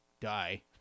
die